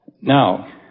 Now